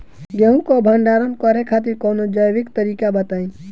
गेहूँ क भंडारण करे खातिर कवनो जैविक तरीका बताईं?